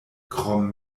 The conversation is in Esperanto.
krom